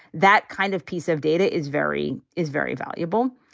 that kind of piece of data is very is very valuable.